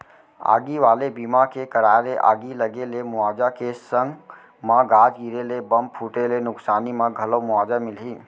आगी वाले बीमा के कराय ले आगी लगे ले मुवाजा के संग म गाज गिरे ले, बम फूटे ले नुकसानी म घलौ मुवाजा मिलही